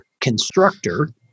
constructor